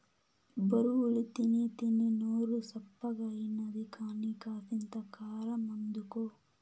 బొరుగులు తినీతినీ నోరు సప్పగాయినది కానీ, కాసింత కారమందుకో